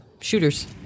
shooters